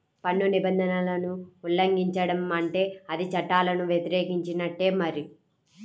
పన్ను నిబంధనలను ఉల్లంఘించడం అంటే అది చట్టాలను వ్యతిరేకించినట్టే మరి